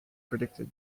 predicted